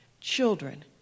children